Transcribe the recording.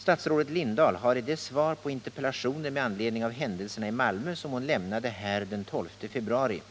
Statsrådet Lindahl har i det svar på interpellationer med anledning av händelserna i Malmö vilket hon lämnade här den 12 februari